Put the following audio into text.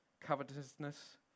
covetousness